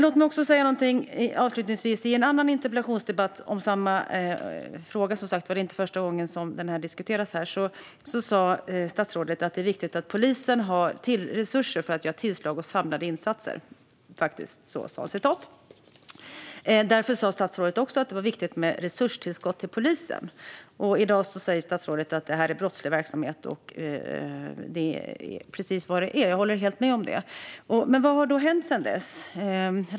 Låt mig avslutningsvis säga att i en annan interpellationsdebatt om samma fråga - det är som sagt inte första gången den diskuteras här - sa statsrådet att det är viktigt att polisen har "resurser för att kunna göra tillslag och samlade insatser". Han sa faktiskt så. Statsrådet sa också att det därför är viktigt med resurstillskott till polisen. I dag säger statsrådet att detta är brottslig verksamhet, och jag håller helt med om det - det är precis vad det är. Men vad har hänt sedan dess?